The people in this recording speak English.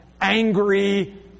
angry